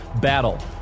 Battle